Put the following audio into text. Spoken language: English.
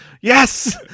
yes